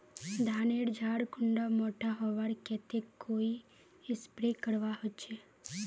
धानेर झार कुंडा मोटा होबार केते कोई स्प्रे करवा होचए?